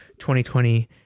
2020